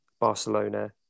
Barcelona